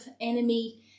enemy